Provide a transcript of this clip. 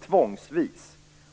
Är det